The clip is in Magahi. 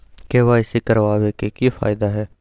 के.वाई.सी करवाबे के कि फायदा है?